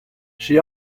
she